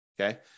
Okay